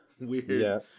weird